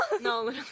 no